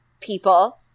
people